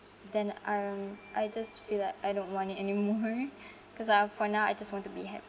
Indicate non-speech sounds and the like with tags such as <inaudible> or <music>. then um I just feel like I don't want it anymore <laughs> cause like for now I just want to be happy